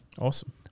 Awesome